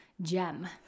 gem